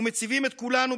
אתה לא